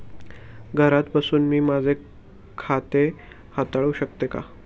घरात बसून मी माझे खाते हाताळू शकते का?